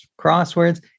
crosswords